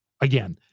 again